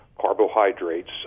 carbohydrates